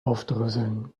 aufdröseln